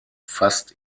fast